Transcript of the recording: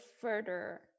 further